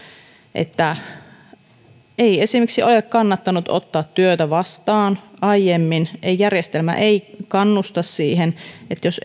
että esimerkiksi ei ole kannattanut ottaa työtä vastaan aiemmin järjestelmä ei kannusta siihen jos